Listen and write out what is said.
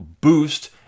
boost